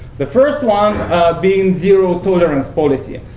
the first one being zero-tolerance policy.